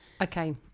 okay